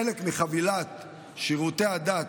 בישראל, כחלק מחבילת שירותי הדת,